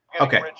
okay